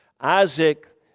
Isaac